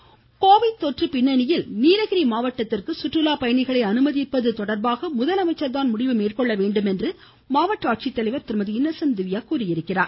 நீலகிரி சுற்றுலா தடை கோவிட் தொற்று பின்னனியில் நீலகிரி மாவட்டத்திற்கு சுற்றுலாப்பயணிகளை அனுமதிப்பது தொடா்பாக முதலமைச்சா் தான் முடிவு மேற்கொள்ள வேண்டும் என மாவட்ட ஆட்சித்தலைவர் திருமதி இன்னசென்ட் திவ்யா கூறியிருக்கிறார்